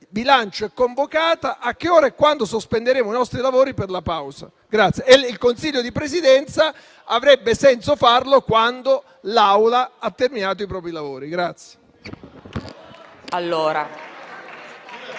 bilancio è convocata e a che ora e quando sospenderemo i nostri lavori per la pausa. Il Consiglio di Presidenza avrebbe senso farlo quando l'Assemblea ha terminato i propri lavori.